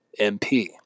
MP